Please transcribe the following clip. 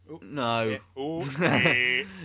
No